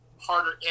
harder